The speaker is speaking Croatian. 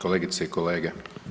Kolegice i kolege.